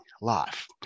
life